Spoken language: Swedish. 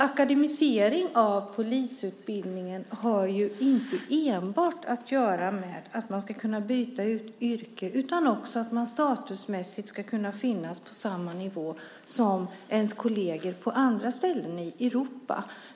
Akademisering av polisutbildningen har inte enbart att göra med att poliser ska kunna byta yrke utan också att de statusmässigt ska kunna finnas på samma nivå som deras kolleger på andra ställen i Europa.